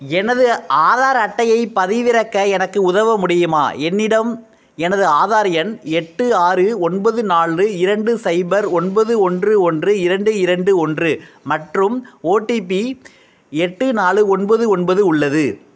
எனது ஆதார் அட்டையைப் பதிவிறக்க எனக்கு உதவ முடியுமா என்னிடம் எனது ஆதார் எண் எட்டு ஆறு ஒன்பது நாலு இரண்டு சைபர் ஒன்பது ஒன்று ஒன்று இரண்டு இரண்டு ஒன்று மற்றும் ஓடிபி எட்டு நாலு ஒன்பது ஒன்பது உள்ளது